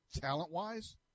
talent-wise